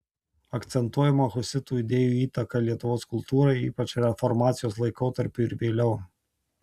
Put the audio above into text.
akcentuojama husitų idėjų įtaka lietuvos kultūrai ypač reformacijos laikotarpiui ir vėliau